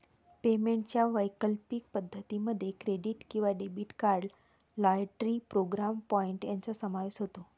पेमेंटच्या वैकल्पिक पद्धतीं मध्ये क्रेडिट किंवा debit card, loyalty program point यांचा समावेश होतो